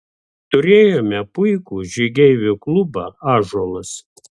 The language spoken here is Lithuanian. turėjome puikų žygeivių klubą ąžuolas